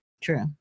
true